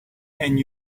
and